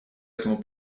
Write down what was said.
этому